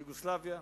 יוגוסלביה,